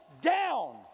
down